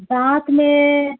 दाँतमे